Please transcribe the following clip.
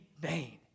vain